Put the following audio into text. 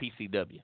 PCW